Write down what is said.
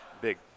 big